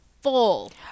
full